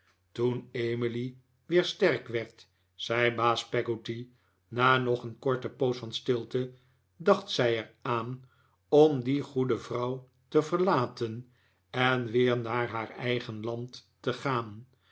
toen emily weer sterk werd zei baas peggotty na nog een korte poos van stilte dacht zij er aan om die goede vrouw te verlaten en weer naar haar eigen land te gaan